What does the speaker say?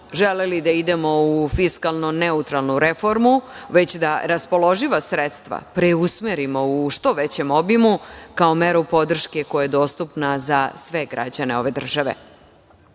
želeli da idemo u fiskalno neutralnu reformu, već da raspoloživa sredstva preusmerimo u što većem obimu, kao meru podrške koja je dostupna za sve građane ove